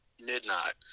midnight